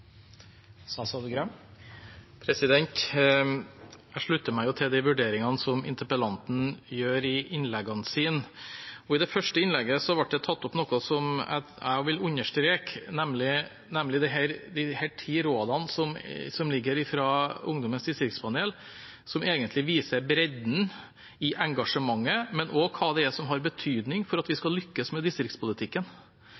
Jeg slutter meg til de vurderingene som interpellanten gjør i innleggene sine. I det første innlegget ble det tatt opp noe som jeg vil understreke, nemlig disse ti rådene som foreligger fra Ungdommens distriktspanel, som egentlig viser bredden i engasjementet, men også hva det er som har betydning for at vi